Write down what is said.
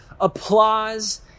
applause